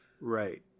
Right